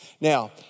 Now